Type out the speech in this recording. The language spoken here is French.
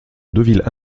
deauville